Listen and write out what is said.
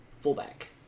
fullback